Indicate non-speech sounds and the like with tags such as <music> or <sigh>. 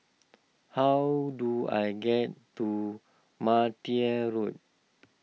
<noise> how do I get to Martia Road